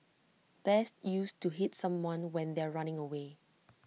best used to hit someone when they are running away